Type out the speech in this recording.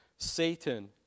Satan